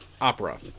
opera